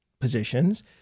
positions